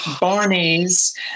Barney's